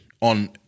on